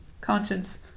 conscience